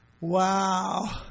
Wow